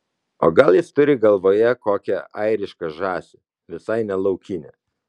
o gal jis turi galvoje kokią airišką žąsį visai ne laukinę